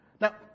Now